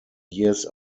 years